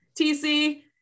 TC